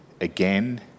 again